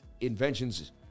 inventions